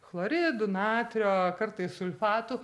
chloridų natrio kartais sulfatų